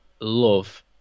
love